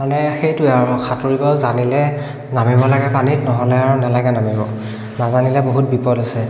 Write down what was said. মানে সেইটোৱে আৰু সাঁতুৰিব জানিলে নামিব লাগে পানীত নহ'লে আৰু নেলাগে নামিব নেজানিলে বহুত বিপদ আছে